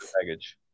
baggage